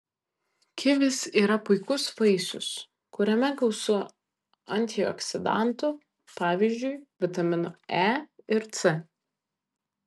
kivis yra puikus vaisius kuriame gausu antioksidantų pavyzdžiui vitaminų e ir c